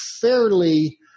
fairly